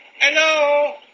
Hello